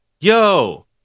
Yo